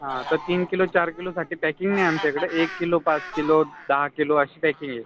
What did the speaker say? हा तर तीन किलो चार किलोसाठी पॅकिंग नाही आमच्याकडं एक किलो पाच किलो दहा किलो अशी पॅकिंग आहे